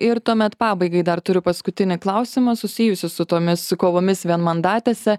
ir tuomet pabaigai dar turiu paskutinį klausimą susijusį su tomis kovomis vienmandatėse